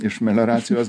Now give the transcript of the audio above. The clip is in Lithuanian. iš melioracijos